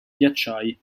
ghiacciai